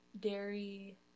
dairy